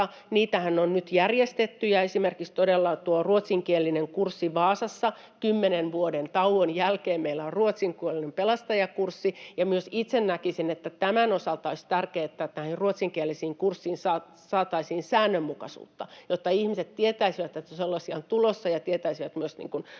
On nyt järjestetty niitä ja esimerkiksi todella tuo ruotsinkielinen kurssi Vaasassa. Kymmenen vuoden tauon jälkeen meillä on ruotsinkielinen pelastajakurssi. Myös itse näkisin, että tämän osalta olisi tärkeää, että näihin ruotsinkielisiin kursseihin saataisiin säännönmukaisuutta, jotta ihmiset tietäisivät, että sellaisia on tulossa, ja tietäisivät myös varustautua